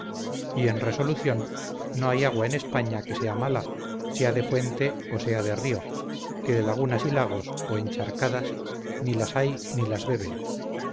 y en resolución no hay agua en españa que sea mala sea de fuente o sea de río que de lagunas y lagos o encharcadas ni las hay ni las beben